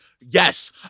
Yes